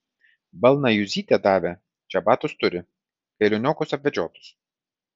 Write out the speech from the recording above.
balną juzytė davė čebatus turi kailiniokus apvedžiotus